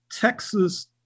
Texas